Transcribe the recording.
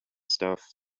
stuff